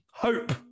Hope